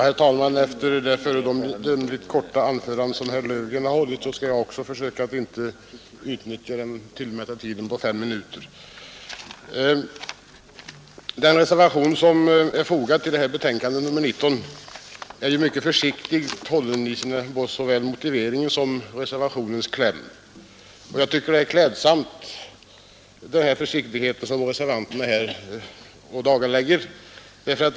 Herr talman! Efter det föredömligt korta anförande som herr Löfgren hållit skall jag också försöka att inte utnyttja den tillmätta tiden på fem minuter. Den reservation som är fogad till finansutskottets betänkande nr 19 är mycket försiktigt hållen, såväl i motiveringen som i klämmen, och jag tycker att den försiktighet som reservanterna ådagalägger är klädsam.